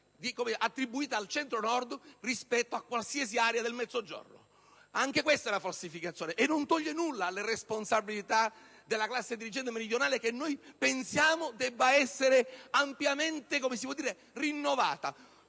attribuita al Centro Nord rispetto a qualsiasi area del Mezzogiorno. Anche questa è una falsificazione che nulla toglie alle responsabilità della classe dirigente meridionale, pur ritenendo anche noi che debba essere ampiamente rinnovata.